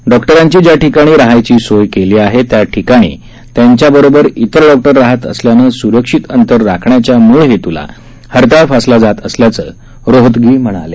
डॉक्टरांची ज्या ठिकाणी रहायची सोय केली आहे त्याठिकाणी त्यांच्याबरोबर इतर डॉक्टर रहात असल्यानं सुरक्षित अंतर राखण्याच्या मूळ हेतूला हरताळ फासला जात असल्याचं रोहतगी म्हणाले